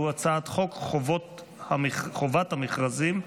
אני קובע כי הצעת חוק שירות המדינה (גמלאות)